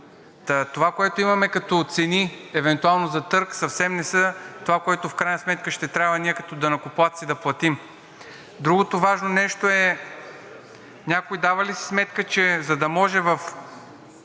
Това, което имаме като цени, евентуално за търг, съвсем не са това, което в крайна сметка ще трябва ние като данъкоплатци да платим. Другото важно нещо е: някой дава ли си сметка, че за да може в